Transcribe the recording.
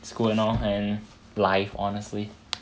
school and all and life honestly